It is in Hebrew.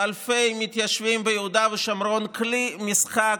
אלפי מתיישבים ביהודה ושומרון כלי משחק,